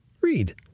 Read